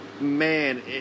Man